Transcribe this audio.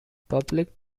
public